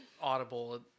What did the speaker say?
Audible